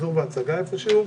שחזור והצגה איפה שהוא?